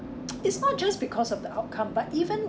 it's not just because of the outcome but even